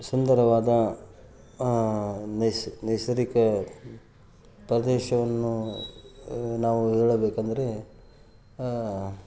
ಸುಂದರವಾದ ನೈಸರ್ಗಿಕ ಪ್ರದೇಶವನ್ನು ನಾವು ಹೇಳಬೇಕಂದರೆ